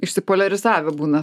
išsipoliarizavę būna